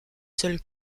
seuls